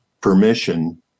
permission